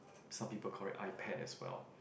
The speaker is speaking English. some people call it iPad as well